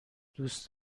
دوست